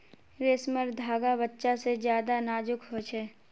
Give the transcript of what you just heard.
रेसमर धागा बच्चा से ज्यादा नाजुक हो छे